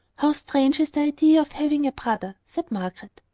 how strange is the idea of having a brother! said margaret.